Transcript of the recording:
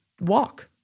walk